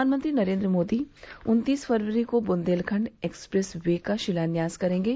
प्रधानमंत्री नरेन्द्र मोदी उन्तीस फरवरी को बुन्देलखंड एक्सप्रेस वे का शिलान्यास करेंगे